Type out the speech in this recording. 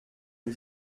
les